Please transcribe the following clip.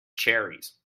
cherries